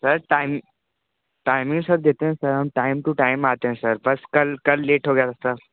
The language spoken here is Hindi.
सर टाइम टाइमिंग ही देते हैं सर टाइम टू टाइम आते हैं सर बस कल कल लेट हो गया था सर